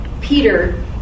Peter